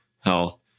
health